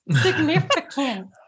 Significant